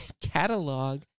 catalog